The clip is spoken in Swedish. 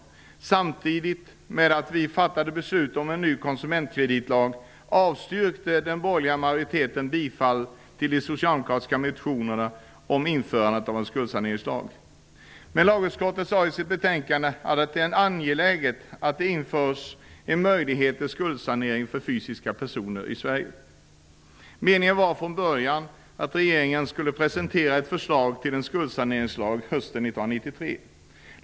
Samtidigt som vi fattade beslut om en ny konsumentkreditlag avslog den borgerliga majoriteten de socialdemokratiska motionerna om införandet av en skuldsaneringslag. Men lagutskottet sade i sitt betänkande att det är angeläget att det införs en möjlighet till skuldsanering för fysiska personer i Sverige. Meningen var från början att regeringen skulle presentera ett förslag till en skuldsaneringslag hösten 1993.